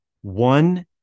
one